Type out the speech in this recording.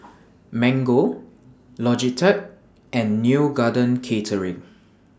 Mango Logitech and Neo Garden Catering